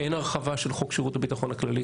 אין הרחבה של חוק שירות הביטחון הכללי,